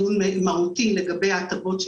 רוצים לעשות את הדיון הזה מההתחלה לגבי העידוד.